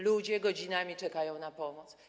Ludzie godzinami czekają na pomoc.